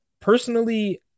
Personally